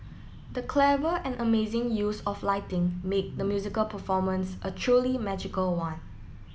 the clever and amazing use of lighting made the musical performance a truly magical one